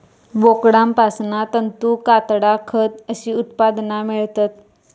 बोकडांपासना तंतू, कातडा, खत अशी उत्पादना मेळतत